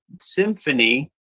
symphony